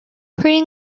pretty